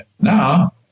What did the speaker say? Now